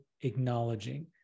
acknowledging